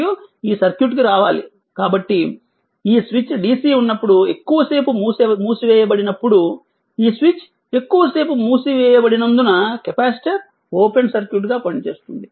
మరియు ఈ సర్క్యూట్కు రావాలి కాబట్టి ఈ స్విచ్ DC ఉన్నప్పుడు ఎక్కువసేపు మూసివేయబడినప్పుడు ఈ స్విచ్ ఎక్కువ సేపు మూసివేయబడినందున కెపాసిటర్ ఓపెన్ సర్క్యూట్గా పనిచేస్తుంది